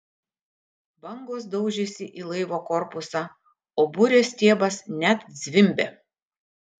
bangos daužėsi į laivo korpusą o burės stiebas net zvimbė